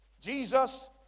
Jesus